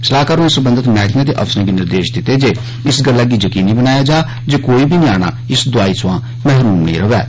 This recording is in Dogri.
सलाहकार होरे सरबंधत मैहकमें ते अफसरें गी निर्देश दितते जे इस गल्लै गी जकीनी बनाया जा जे कोई बी न्याणा इस दुआई थमां महरूम नेई रवै